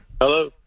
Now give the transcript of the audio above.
Hello